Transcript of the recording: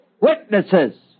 Witnesses